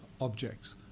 objects